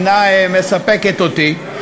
שתשובתו של סגן שר החינוך אינה מספקת אותי,